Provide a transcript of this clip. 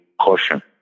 caution